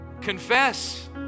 confess